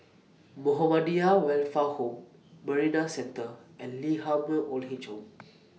Muhammadiyah Welfare Home Marina Centre and Lee Ah Mooi Old Age Home